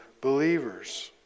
believers